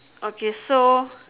okay so